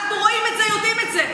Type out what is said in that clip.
אנחנו רואים את זה, יודעים את זה.